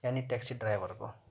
یعنی taxi driver کو